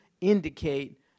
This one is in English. indicate